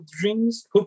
Dreams